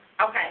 okay